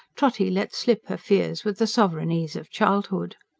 trotty let slip her fears with the sovereign ease of childhood.